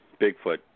Bigfoot